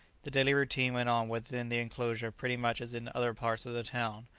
the daily routine went on within the enclosure pretty much as in other parts of the town,